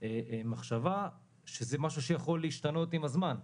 מחשבה שזה משהו שיכול להשתנות עם הזמן.